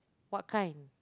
what kind